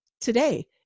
today